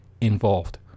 involved